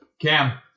Cam